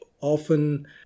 often